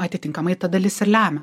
atitinkamai ta dalis ir lemia